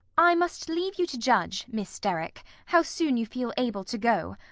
i must leave you to judge, miss derrick, how soon you feel able to go.